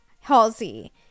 Halsey